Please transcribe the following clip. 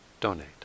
donate